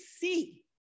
see